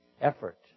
effort